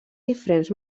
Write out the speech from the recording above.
diferents